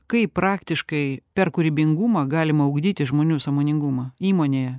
kai praktiškai per kūrybingumą galima ugdyti žmonių sąmoningumą įmonėje